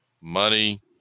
money